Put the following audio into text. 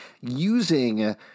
using